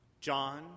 John